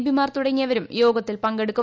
പിമാർ തുടങ്ങിയരും യോഗത്തിൽ പങ്കെടുക്കും